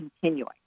continuing